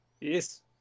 Yes